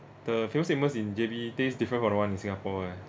the Famous Amos in J_B tastes different from the one in singapore leh